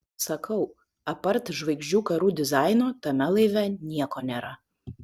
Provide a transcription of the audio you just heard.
sakau apart žvaigždžių karų dizaino tame laive nieko nėra